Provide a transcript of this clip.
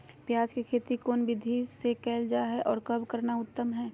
प्याज के खेती कौन विधि से कैल जा है, और कब करना उत्तम है?